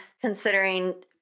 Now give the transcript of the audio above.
considering